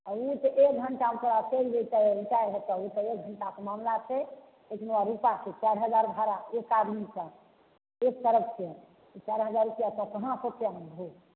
आ ई तऽ एक घंटामे तोरा चलि जेतऽ ऊतारि देतऽ ई तऽ एक घंटाके मामला छै चारि हजार भाड़ा एक आदमीके एक तरफके तऽ चारि हजार रुपैआ तो कहाँ सँ ओते अनबहो